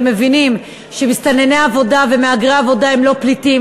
ומבינים שמסתנני עבודה ומהגרי עבודה הם לא פליטים.